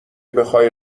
بخای